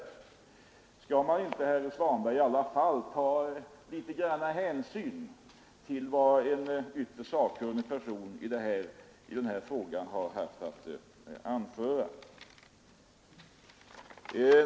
Skulle man ändå inte, herr Svanberg, ta litet hänsyn till vad en i denna fråga så ytterligt sakkunnig person har haft att anföra?